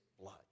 blood